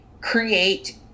create